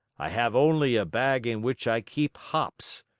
i have only a bag in which i keep hops.